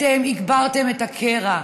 אתם הגברתם את הקרע.